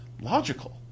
logical